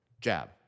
jab